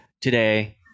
today